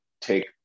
take